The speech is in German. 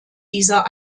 dieser